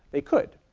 they could.